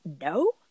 no